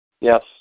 Yes